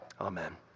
amen